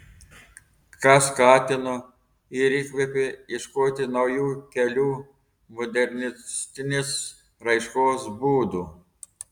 kas skatino ir įkvėpė ieškoti naujų kelių modernistinės raiškos būdų